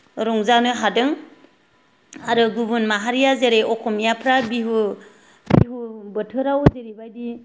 रंजानो हादों आरो गुबुन माहारिया जेरै अखमियाफ्रा बिहु बिहु बोथोराव जेरैबायदि